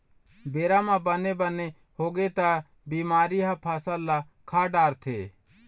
बेरा म बने बने होगे त बिमारी ह फसल ल खा डारथे